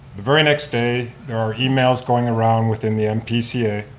the very next day there are emails going around within the npca,